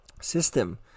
system